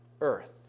earth